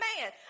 man